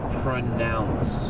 pronounce